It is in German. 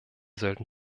sollten